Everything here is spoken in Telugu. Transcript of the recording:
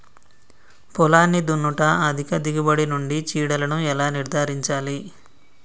పొలాన్ని దున్నుట అధిక దిగుబడి నుండి చీడలను ఎలా నిర్ధారించాలి?